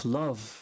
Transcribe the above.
love